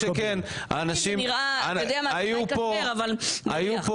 מה שכן, היו פה